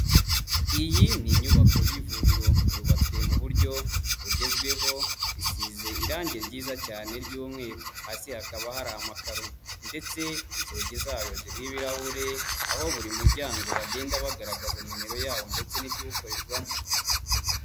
Iyi ni inyubako y'ivuriro, yubatswe mu buryo bugezweho, isize irangi ryiza cyane ry'umweru. Hasi hakaba hari amakaro ndetse inzugi zayo ziriho ibirahure, aho buri muryango bagenda bagaragaza numero yawo ndetse n'ikiwukorerwamo.